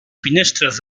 finestres